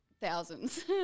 thousands